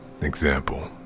example